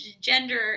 gender